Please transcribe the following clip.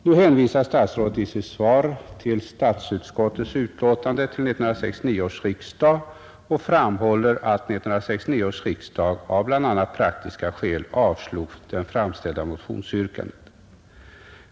Nu hänvisar statsrådet i sitt svar till statsutskottets utlåtande vid 1969 års riksdag och framhåller att riksdagen det året bl.a. av praktiska skäl avslog det framställda motionsyrkandet.